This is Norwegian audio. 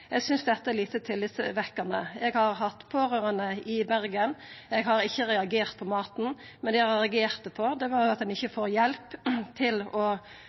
Eg synest dette er lite tillitvekkjande. Eg har vore pårørande i Bergen, og eg har ikkje reagert på maten. Det eg har reagert på, er at ein ikkje får hjelp til å